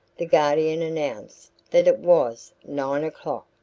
the guardian announced that it was nine o'clock,